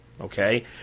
Okay